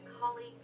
colleague